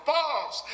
Falls